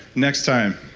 next time.